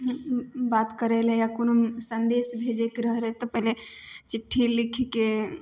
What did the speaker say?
बात करय लए या कोनो सन्देश भेजेके रहय रहइ तऽ पहिले चिट्ठी लिखके